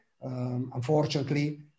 Unfortunately